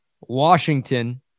Washington